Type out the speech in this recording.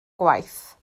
gwaith